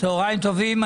צהריים טובים.